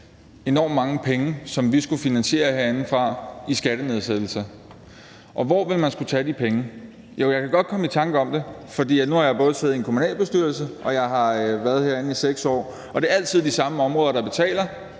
enormt mange penge, som vi ville skulle finansiere herindefra, til skattenedsættelser. Og hvor vil man skulle tage de penge? Jo, jeg kan godt komme i tanke om det, for nu har jeg både siddet i en kommunalbestyrelse og jeg har været herinde i 6 år, og det er altid de samme områder, der betaler,